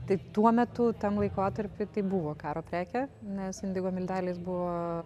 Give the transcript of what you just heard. tai tuo metu tam laikotarpy tai buvo karo prekė nes indigo milteliais buvo